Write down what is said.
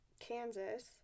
Kansas